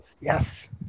yes